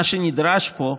מה שנדרש פה,